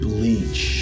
Bleach